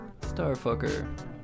Starfucker